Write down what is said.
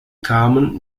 kamen